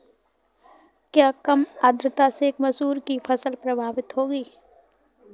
क्या कम आर्द्रता से मसूर की फसल प्रभावित होगी?